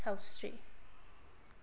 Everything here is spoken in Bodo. सावस्रि